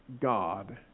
God